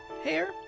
Hair